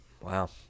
wow